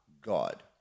God